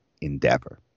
endeavor